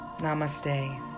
Namaste